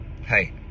Hey